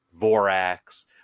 Vorax